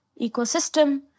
ecosystem